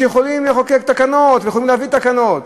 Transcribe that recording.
יכולים לחוקק תקנות ויכולים להביא תקנות